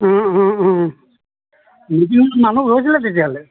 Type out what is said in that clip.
অঁ অঁ অঁ মিটিঙলৈ মানুহ গৈছিলে তেতিয়াহ'লে